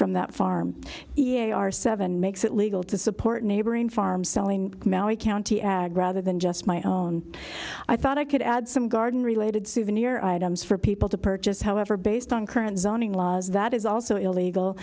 from that farm e a a are seven makes it legal to support a neighboring farm selling county ag rather than just my own i thought i could add some garden related souvenir items for people to purchase however based on current zoning laws that is also illegal